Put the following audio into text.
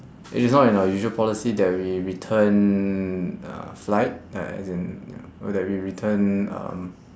it is not in our usual policy that we return uh flight uh as in you know that we return um